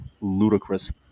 ludicrous